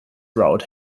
route